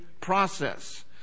process